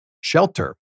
shelter